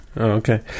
Okay